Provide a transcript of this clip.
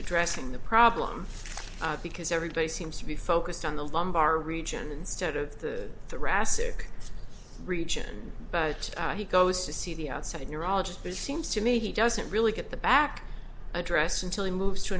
addressing the problem because everybody seems to be focused on the lumbar region instead of the the ras or region but he goes to see the outside neurologist there seems to me he doesn't really get the back address until he moves to